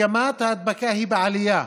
מגמת ההדבקה היא בעלייה,